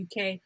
uk